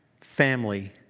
family